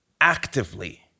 actively